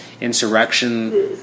insurrection